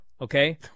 Okay